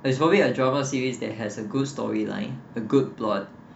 that's probably a drama series that has a good story line a good plot